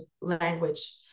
language